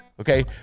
okay